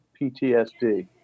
PTSD